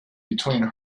between